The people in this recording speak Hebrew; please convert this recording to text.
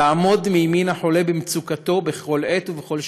לעמוד לימין החולה במצוקתו בכל עת ובכל שעה.